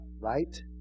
right